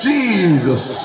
Jesus